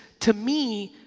to me,